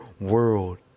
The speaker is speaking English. world